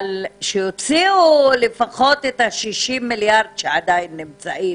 אבל שיוציאו לפחות את ה-60 מיליארד שעדיין נמצאים